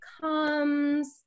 comes